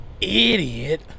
Idiot